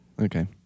Okay